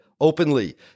openly